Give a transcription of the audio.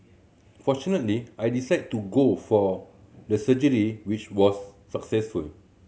fortunately I decided to go for the surgery which was successful